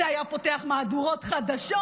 זה היה פותח מהדורות חדשות.